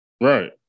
Right